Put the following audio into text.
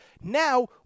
Now